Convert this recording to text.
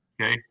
Okay